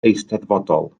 eisteddfodol